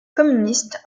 communiste